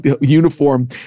uniform